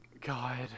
God